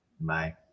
Bye